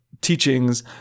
teachings